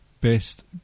best